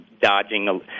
dodging